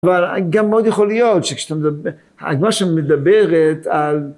אבל גם מאוד יכול להיות... הגמרא שם מדברת על